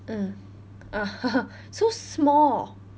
ah (uh huh) so small